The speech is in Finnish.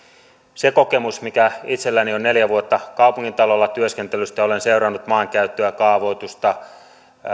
se kokemus mikä itselläni on neljä vuotta kaupungintalolla työskentelystä olen seurannut maankäyttöä kaavoitusta